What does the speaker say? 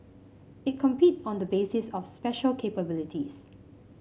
it competes on the basis of special capabilities